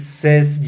says